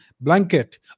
blanket